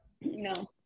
No